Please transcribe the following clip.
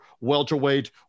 welterweight